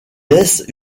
laisse